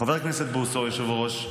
חבר הכנסת בוסו, היושב-ראש,